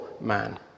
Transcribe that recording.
man